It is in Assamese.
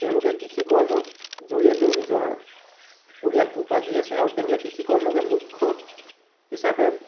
তেওঁলোকে কৃষিকৰ্মত জৰিয়তেও নিজৰ পৰিয়াল পোহপাল দি আছে আৰু তেওঁলোকে কৃষিকৰ্মকে মুখ্য় হিচাপে